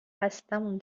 خستهمون